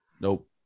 Nope